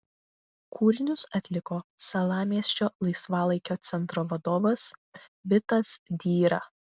kūrinius atliko salamiesčio laisvalaikio centro vadovas vitas dyra